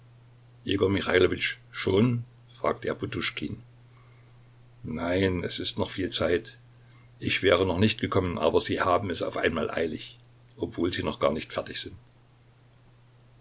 michailowitsch schon fragte er poduschkin nein es ist noch viel zeit ich wäre noch nicht gekommen aber sie haben es auf einmal eilig obwohl sie noch gar nicht fertig sind